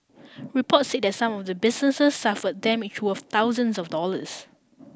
reports said that some of the businesses suffer damage worth thousands of dollars